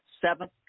seventh